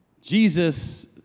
Jesus